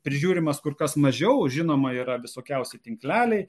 prižiūrimas kur kas mažiau žinoma yra visokiausi tinkleliai